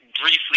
briefly